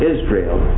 Israel